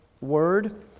word